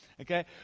okay